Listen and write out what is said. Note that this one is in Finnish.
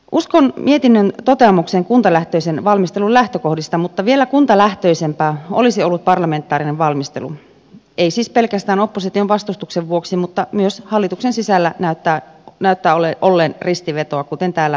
uskon mietinnön toteamukseen kuntalähtöisen valmistelun lähtökohdista mutta vielä kuntalähtöisempää olisi ollut parlamentaarinen valmistelu ei siis pelkästään opposition vastustuksen vuoksi mutta myös hallituksen sisällä näyttää olleen ristivetoa kuten täällä on kuultu